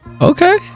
Okay